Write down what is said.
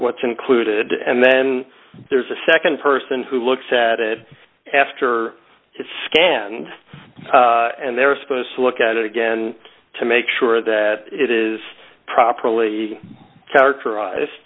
what's included and then there's a nd person who looks at it after it's scanned and they're supposed to look at it again to make sure that it is properly characterize